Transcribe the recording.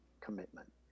commitment